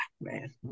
man